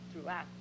throughout